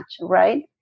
right